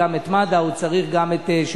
הוא צריך גם את מד"א,